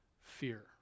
fear